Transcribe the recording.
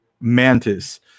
Mantis